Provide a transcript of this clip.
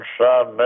son